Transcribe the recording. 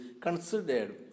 considered